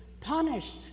punished